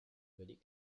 vallée